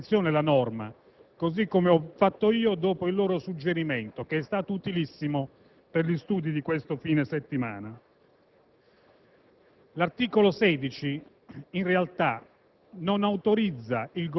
io invito i colleghi intervenuti a leggere con attenzione la norma, così come ho fatto io dopo il loro suggerimento, che mi è stato utilissimo per gli studi di questo fine settimana.